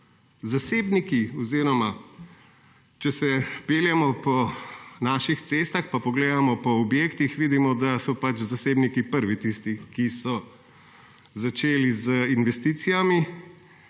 Zasebniki oziroma, če se peljemo po naših cestah, pa pogledamo po objektih, vidimo, da so zasebniki prvi tisti, ki so začeli z investicijami,